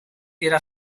era